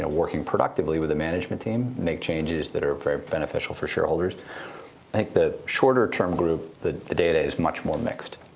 ah working productively with the management team, make changes that are very beneficial for shareholders. i think the shorter term group, the the data is much more mixed.